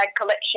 collection